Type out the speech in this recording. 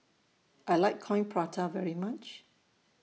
I like Coin Prata very much